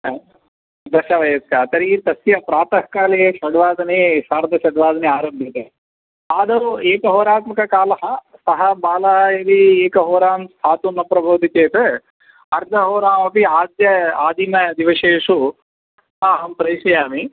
हा दशवयस्कः तर्हि तस्य प्रातःकाले षड्वादने सार्धषड्वादने आरभ्यते आदौ एकहोरात्मककालः सः बालः यदि एकहोरां स्थातुं न प्रभवति चेत् अर्धहोरामपि आद्य आदिमदिवसेषु तथा अहं प्रेषयामि